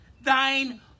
thine